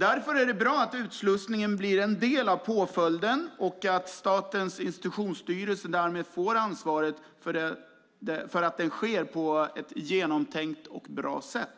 Därför är det bra att utslussningen blir en del av påföljden och att Statens institutionsstyrelse därmed får ansvaret för att den sker på ett genomtänkt och bra sätt.